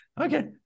Okay